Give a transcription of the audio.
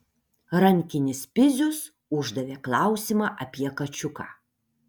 rankinis pizius uždavė klausimą apie kačiuką